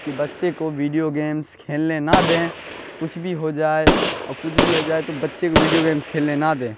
کہ بچے کو ویڈیو گیمس کھیلنے نہ دیں کچھ بھی ہو جائے اور کچھ بھی ہو جائے تو بچے کو ویڈیو گیمس کھیلنے نہ دیں